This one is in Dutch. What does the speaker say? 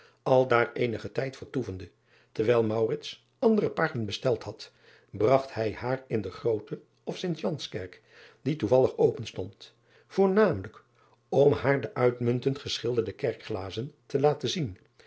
ldaar eenigen tijd vertoevende terwijl andere paarden besteld had bragt hij haar in de groote of t ans kerk die toevallig openstond voornamelijk om haar de uitmuntend geschilderde kerkglazen te laten zien